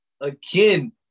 again